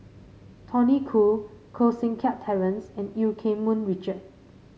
Tony Khoo Koh Seng Kiat Terence and Eu Keng Mun Richard